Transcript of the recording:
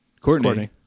Courtney